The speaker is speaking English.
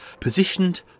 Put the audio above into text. positioned